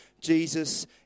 Jesus